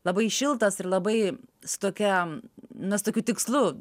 labai šiltas ir labai su tokia na su tokiu tikslu